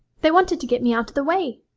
they wanted to get me out of the way.